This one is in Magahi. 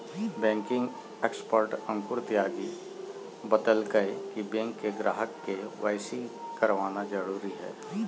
बैंकिंग एक्सपर्ट अंकुर त्यागी बतयलकय कि बैंक के ग्राहक के.वाई.सी करवाना जरुरी हइ